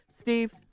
Steve